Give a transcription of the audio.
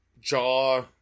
jaw